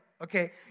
okay